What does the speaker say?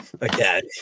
again